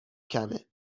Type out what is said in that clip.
کمه